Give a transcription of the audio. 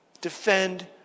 Defend